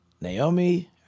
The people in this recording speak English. Naomi